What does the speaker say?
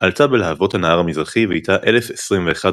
עלתה בלהבות הנהר המזרחי, ואיתה 1,021 נוסעיה.